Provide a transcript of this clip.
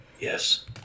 Yes